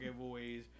giveaways